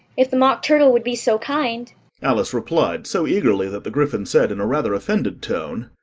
if the mock turtle would be so kind alice replied, so eagerly that the gryphon said, in a rather offended tone,